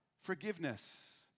forgiveness